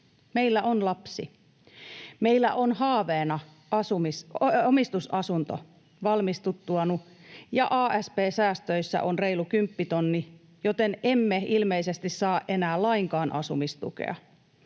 Meillä on lapsi. Meillä on haaveena omistusasunto valmistuttuani, ja asp-säästöissä on reilu kymppitonni, joten emme ilmeisesti saa enää lainkaan asumistukea.